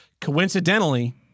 Coincidentally